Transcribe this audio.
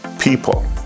people